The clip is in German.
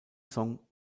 song